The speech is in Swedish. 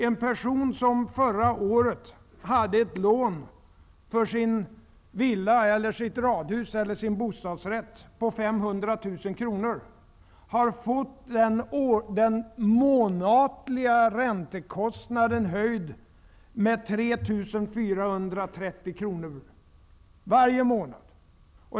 En person som förra året hade ett lån i villan, radhuset eller bostadsrätten på 500 000 kr, har fått den månatliga räntekostnaden höjd med 3 430 kr. Varje månad!